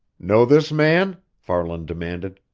know this man? farland demanded.